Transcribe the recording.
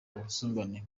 ubusumbane